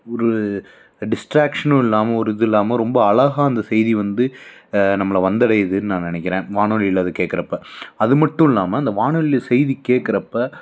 ஒரு டிஸ்ட்ராக்ஷனும் இல்லாமல் ஒரு இது இல்லாமல் ரொம்ப அழகாக அந்த செய்தி வந்து நம்மளை வந்தடையுதுன்னு நான் நினக்கிறேன் வானொலியில் அதை கேட்குறப்ப அது மட்டும் இல்லாமல் அந்த வானொலியில் செய்தி கேட்குறப்ப